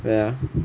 where ah